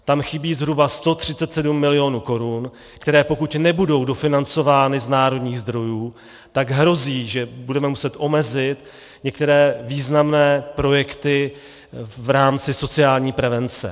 Tam chybí zhruba 137 milionů korun, které pokud nebudou dofinancovány z národních zdrojů, tak hrozí, že budeme muset omezit některé významné projekty v rámci sociální prevence.